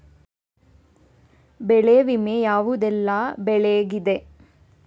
ಬೆಳೆ ವಿಮೆ ಯಾವುದೆಲ್ಲ ಬೆಳೆಗಿದೆ?